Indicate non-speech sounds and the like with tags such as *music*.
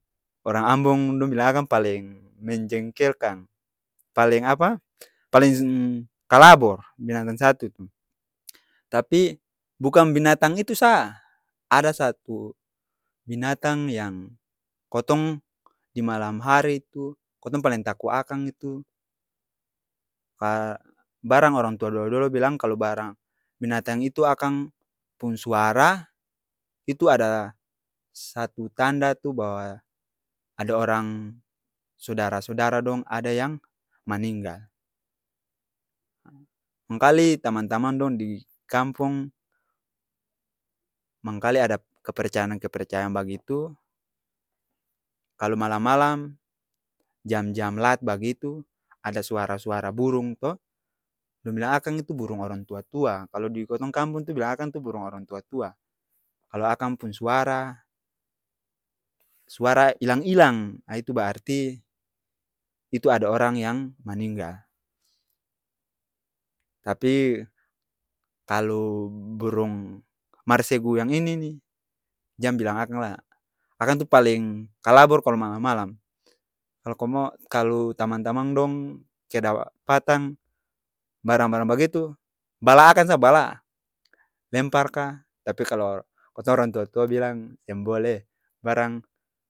Orang ambong dong bilang akang paleng menjengkelkan. Paleng apa, paleng kalabor. Binatang satu itu. Tapi bukang binatang itu sa. Ada satu binatang yang kotong di malam hari tu kotong paleng taku akang itu *hesitation* barang orang tua dolo-dolo bilang kalo barang binatang itu akang pung suara, itu ada satu tanda tu bahwa ada orang sodara-sodara dong ada yang maninggal. Mangkali tamang-tamang dong di kampong mangkali ada kepercayan-kepercayaan bagitu, kalo malam-malam jam-jam lat bagitu ada suara-suara burung to, dong bilang akang itu burung orang tua-tua. Kalo di kotong kampong tu bilang akang tu burung orang tua-tua. Kalo akang pung suara, suara ilang-ilang, a itu brarti itu ada orang yang maninggal. Tapi kalu burung marsegu yang ini ni, jang bilang akang lai. Akang tu paleng kalabor kalo malam-malam. Kalo komong, kalo tamang-tamang dong kedapatan barang-barang bagitu, bala akang sa, bala. Lempar ka, tapi kalo kotong orang tua-tua bilang seng boleh barang